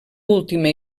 última